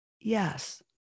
yes